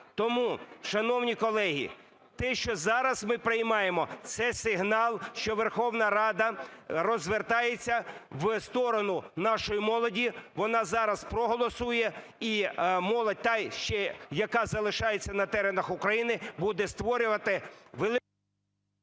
Тому, шановні колеги, те, що зараз ми приймаємо, – це сигнал, що Верховна Рада розвертається в сторону нашої молоді, вона зараз проголосує, і молодь та, ще яка залишається на теренах України, буде створювати....